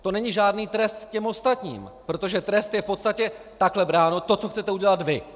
To není žádný trest těm ostatním, protože trest je v podstatě, takhle bráno, to, co chcete udělat vy.